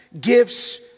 gifts